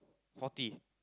forty